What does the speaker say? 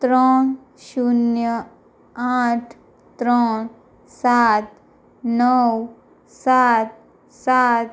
ત્રણ શૂન્ય આઠ ત્રણ સાત નવ સાત સાત